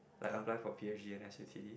like apply for P_H_D and S_U_T_D